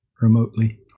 remotely